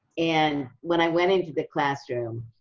and when i went into the classroom,